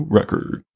record